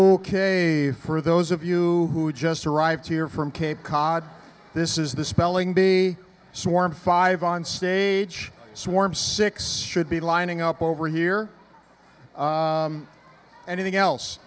for those of you who just arrived here from cape cod this is the spelling bee swarm five onstage swarm six should be lining up over here anything else